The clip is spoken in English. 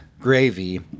gravy